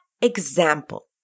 example